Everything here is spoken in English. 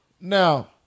Now